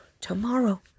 tomorrow